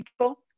people